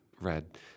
read